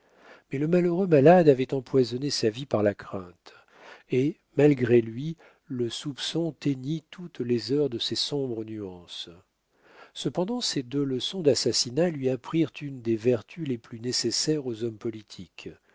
mais le malheureux malade avait empoisonné sa vie par la crainte et malgré lui le soupçon teignit toutes les heures de ses sombres nuances cependant ces deux leçons d'assassinat lui apprirent une des vertus les plus nécessaires aux hommes politiques